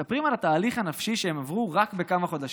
והם סיפרו על התהליך הנפשי שהם עברו רק בכמה חודשים.